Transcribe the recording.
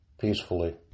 peacefully